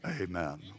amen